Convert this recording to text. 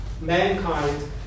mankind